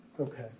Okay